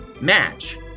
match